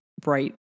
bright